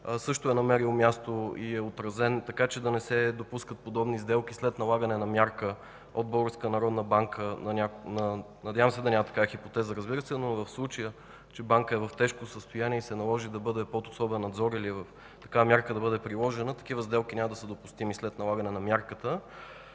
също е намерил място и е отразен, така че да не се допускат подобни сделки след налагане на мярка от Българска народна банка. Надявам се да няма такава хипотеза, разбира се, но в случая, че банка е в тежко състояние и се наложи да бъде под особен надзор или такава мярка да бъде приложена, такива сделки няма да са допустими след налагане на мярката.